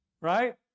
Right